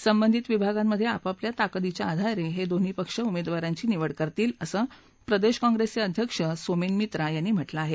संबंधित विभागांमधे आपापल्या ताकदीच्या आधारे हे दोन्ही पक्ष उमेदवारांची निवड करतील असं प्रदेश काँप्रेसचे अध्यक्ष सोमेन मित्रा यांनी म्हटलं आहे